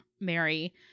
Mary